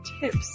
tips